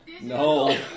No